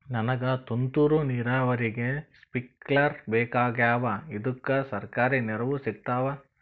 ನನಗ ತುಂತೂರು ನೀರಾವರಿಗೆ ಸ್ಪಿಂಕ್ಲರ ಬೇಕಾಗ್ಯಾವ ಇದುಕ ಸರ್ಕಾರಿ ನೆರವು ಸಿಗತ್ತಾವ?